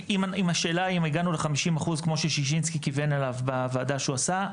אם השאלה אם הגענו ל-50% כמו ששישינסקי כיוון אליו בוועדה שהוא עשה,